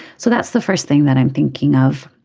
so that's the first thing that i'm thinking of.